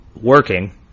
working